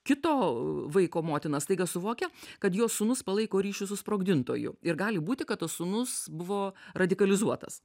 kito vaiko motina staiga suvokia kad jos sūnus palaiko ryšius su sprogdintoju ir gali būti kad tas sūnus buvo radikalizuotas